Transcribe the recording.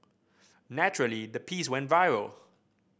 naturally the piece went viral